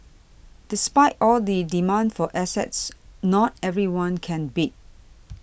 despite all the demand for assets not everyone can bid